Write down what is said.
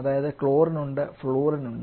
അതായത് ക്ലോറിൻ ഉണ്ട് ഫ്ലൂറിൻ ഉണ്ട്